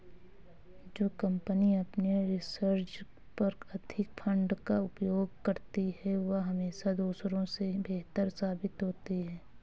जो कंपनी अपने रिसर्च पर अधिक फंड का उपयोग करती है वह हमेशा दूसरों से बेहतर साबित होती है